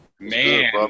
Man